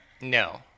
No